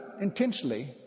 intentionally